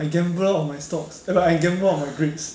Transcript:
I gambler on my stocks eh ah I gamble on my grades